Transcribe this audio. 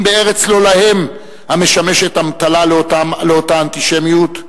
בארץ "לא להם" המשמשת אמתלה לאותה אנטישמיות,